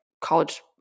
college